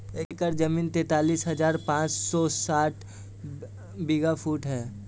एक एकड़ जमीन तैंतालीस हजार पांच सौ साठ वर्ग फुट है